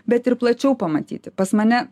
bet ir plačiau pamatyti pas mane